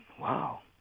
wow